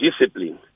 discipline